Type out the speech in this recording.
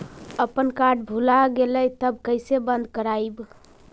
अपन कार्ड भुला गेलय तब कैसे बन्द कराइब?